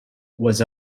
was